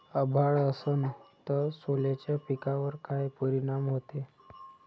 अभाळ असन तं सोल्याच्या पिकावर काय परिनाम व्हते?